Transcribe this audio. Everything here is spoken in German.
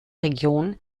region